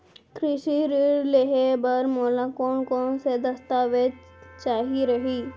कृषि ऋण लेहे बर मोला कोन कोन स दस्तावेज चाही रही?